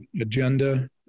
agenda